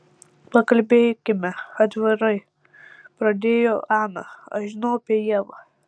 pakalbėkime atvirai pradėjo ana aš žinau apie ievą